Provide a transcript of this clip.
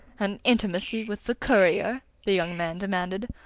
an intimacy with the courier? the young man demanded.